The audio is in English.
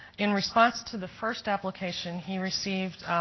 in response to the first application he received